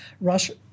Russia